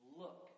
look